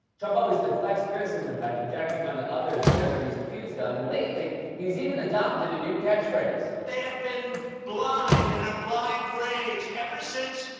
trump always deflects criticism by projecting onto others whatever he's accused of, and lately, he's even adopted a new catch phrase. they have been blind in a blind rage ever since,